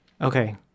Okay